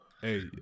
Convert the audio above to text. Hey